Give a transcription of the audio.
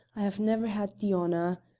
i have never had the honour.